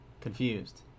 confused